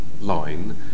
line